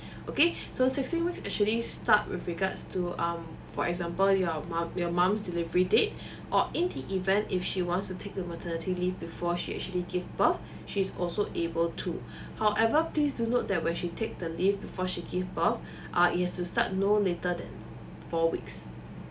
okay so sixteen week actually start with regards to um for example your mom your mom's delivery date or in the event if she wants to take the maternity leave before she actually give birth she's also able to however please do note that when she take the leave before she give birth uh it has to start no later than four weeks